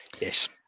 Yes